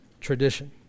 tradition